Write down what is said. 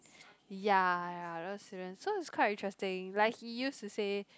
ya ya those students so it's quite interesting like he used to say